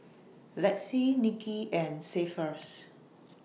Lexie Nikki and Cephus